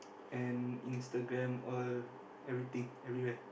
and Instagram all everything everywhere